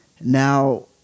Now